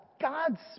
God's